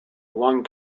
lung